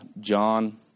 John